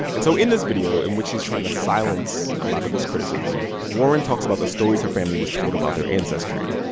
and so in this video in which she's trying to silence a lot of this criticism, warren talks about the stories her family was told about their ancestry.